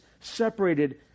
separated